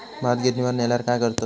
भात गिर्निवर नेल्यार काय करतत?